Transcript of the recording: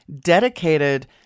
dedicated